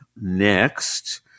Next